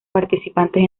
participantes